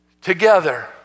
together